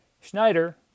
Schneider